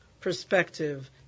perspective